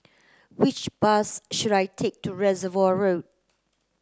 which bus should I take to Reservoir Road